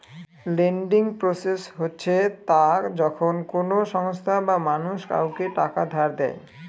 lending process হচ্ছে তা যখন কোনো সংস্থা বা মানুষ কাউকে টাকা ধার দেয়